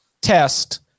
test